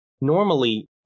Normally